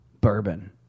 bourbon